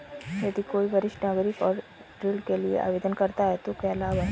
यदि कोई वरिष्ठ नागरिक ऋण के लिए आवेदन करता है तो क्या लाभ हैं?